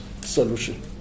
solution